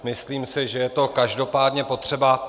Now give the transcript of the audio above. Myslím si, že je to každopádně potřeba.